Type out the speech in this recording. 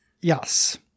Yes